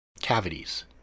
Cavities